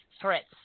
threats